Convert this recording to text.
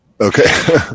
Okay